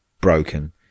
broken